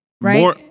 Right